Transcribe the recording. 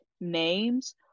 names